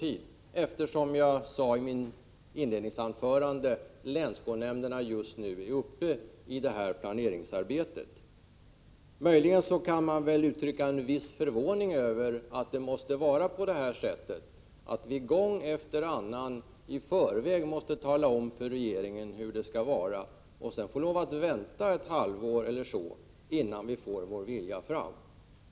I mitt inledningsanförande sade jag också att länsskolnämnderna just nu är uppe i planeringsarbetet. Möjligen kan man uttrycka en viss förvåning över att vi gång på gång i förväg måste tala om för regeringen hur det skall vara och sedan få lov vänta ett halvår innan vi får igenom vår vilja.